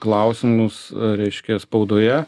klausimus reiškia spaudoje